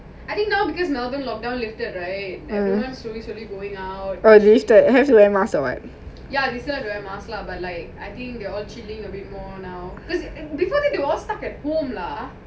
still have to wear mask lah because they stuck at work lah